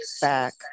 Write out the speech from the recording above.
back